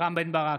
רם בן ברק,